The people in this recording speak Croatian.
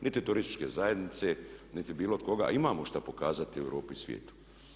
Niti turističke zajednice, niti bilo koga, a imamo šta pokazati Europi i svijetu.